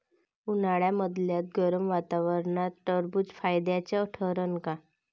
उन्हाळ्यामदल्या गरम वातावरनात टरबुज फायद्याचं ठरन का?